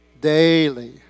daily